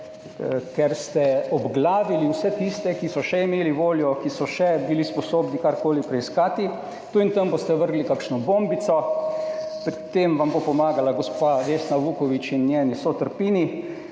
ker ste obglavili vse tiste, ki so še imeli voljo, ki so še bili sposobni karkoli preiskati, tu in tam boste vrgli kakšno bombico, pri tem vam bo pomagala gospa Vesna Vuković in njeni sotrpini,